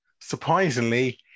surprisingly